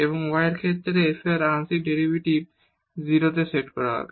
এবং y এর ক্ষেত্রে f এর আংশিক ডেরিভেটিভ 0 এ সেট করা হবে